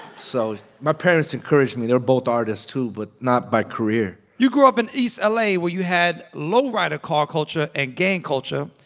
so my parents encouraged me. they're both artists too but not by career you grew up in east ah la, where you had low-rider car culture and gang culture,